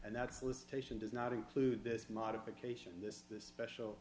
and that's with station does not include this modification this this special